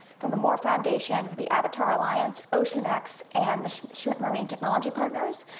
from the moore foundation, from the avatar alliance, oceanx, and the schmidt marine technology partners.